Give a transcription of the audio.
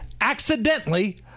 accidentally